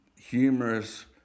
humorous